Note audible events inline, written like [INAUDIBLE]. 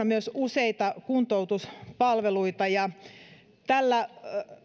[UNINTELLIGIBLE] myös useita kuntoutuspalveluita ja tällä